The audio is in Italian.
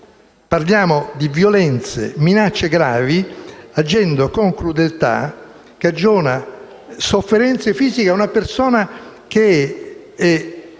Parliamo di «violenze», «minacce gravi», «agendo con crudeltà», «cagiona (...) sofferenze fisiche» a una persona che è